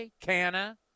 Canna